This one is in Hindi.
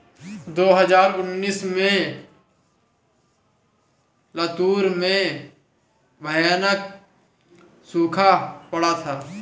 दो हज़ार उन्नीस में लातूर में भयानक सूखा पड़ा था